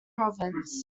province